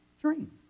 dream